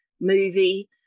movie